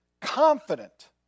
confident